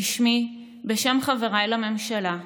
בשמי, בשם חבריי לממשלה,